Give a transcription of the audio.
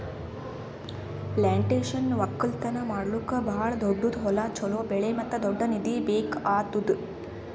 plantation ಒಕ್ಕಲ್ತನ ಮಾಡ್ಲುಕ್ ಭಾಳ ದೊಡ್ಡುದ್ ಹೊಲ, ಚೋಲೋ ಬೆಳೆ ಮತ್ತ ದೊಡ್ಡ ನಿಧಿ ಬೇಕ್ ಆತ್ತುದ್